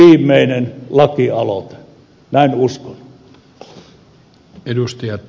kähkösen viimeinen lakialoite näin uskon